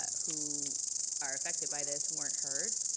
who are affected by this weren't heard.